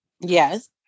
Yes